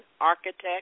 architect